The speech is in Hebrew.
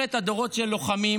לשרשרת הדורות של לוחמים